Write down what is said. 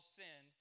sin